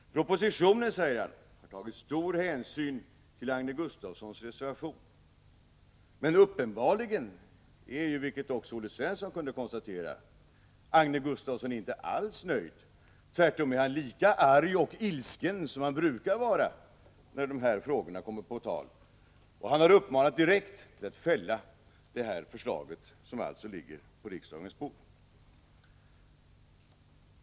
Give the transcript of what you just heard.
Propositionen, säger han, har tagit stor hänsyn till Agne Gustafssons 15 reservation. Men uppenbarligen är, vilket också Olle Svensson kunde konstatera, Agne Gustafsson inte alls nöjd. Tvärtom, han är lika arg och ilsken som han brukar vara när dessa frågor kommer på tal. Han har direkt uppmanat att fälla det förslag som ligger på riksdagens bord.